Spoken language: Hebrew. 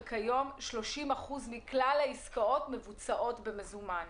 וכיום 30% מכלל העסקות מבוצעות במזומן.